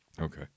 Okay